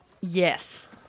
Yes